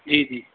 जी जी